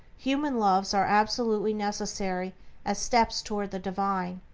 human loves are absolutely necessary as steps toward the divine,